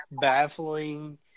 baffling